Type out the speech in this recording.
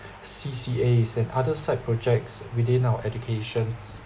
C_C_A s~ and other side projects within our educations